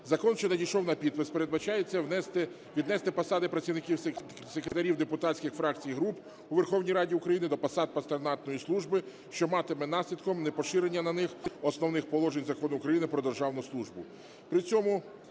Законом, що надійшов на підпис, передбачається віднести посади працівників секретарів депутатських фракцій і груп у Верховній Раді України до посад патронатної служби, що матиме наслідком непоширення на них основних положень Закону України "Про державну службу".